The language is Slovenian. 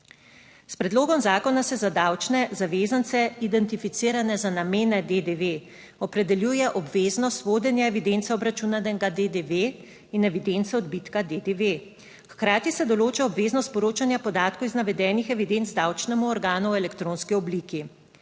S predlogom zakona se za davčne zavezance identificirane za namene DDV opredeljuje obveznost vodenja evidence obračunanega DDV in evidence odbitka DDV. Hkrati se določa obveznost poročanja podatkov iz navedenih evidenc davčnemu organu v elektronski obliki.